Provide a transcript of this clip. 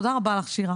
תודה רבה לך, שירה.